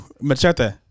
Machete